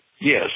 Yes